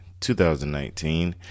2019